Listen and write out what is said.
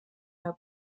herr